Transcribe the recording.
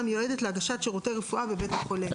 המיועדת להגשת שירותי רפואה בבית החולה".